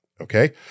okay